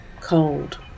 cold